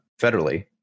federally